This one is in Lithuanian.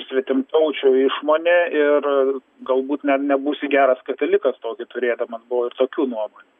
svetimtaučių išmonė ir galbūt net nebūsi geras katalikas tokį turėdamas buvo ir tokių nuomonių